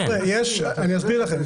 אני אסביר לכם.